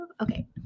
Okay